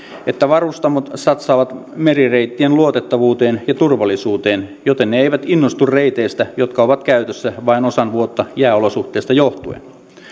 että varustamot satsaavat merireittien luotettavuuteen ja turvallisuuteen joten ne eivät innostu reiteistä jotka ovat käytössä vain osan vuotta jääolosuhteista johtuen